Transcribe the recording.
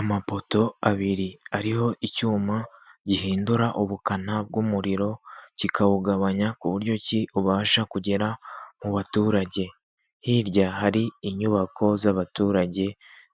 Amapoto abiri ariho icyuma gihindura ubukana bw'umuriro kikawugabanya ku buryo ki ubasha kugera mu baturage, hirya hari inyubako z'abaturage